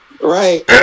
right